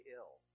ill